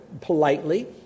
politely